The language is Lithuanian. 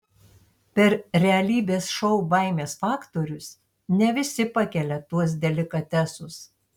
per realybės šou baimės faktorius ne visi pakelia tuos delikatesus